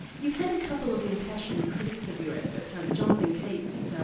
you've had a couple of impassioned critics of your effort, jonathon keats, so